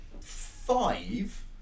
five